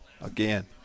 again